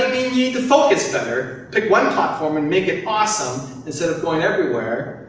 need to focus better, pick one platform and make it awesome instead of going everywhere,